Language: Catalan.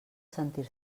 sentir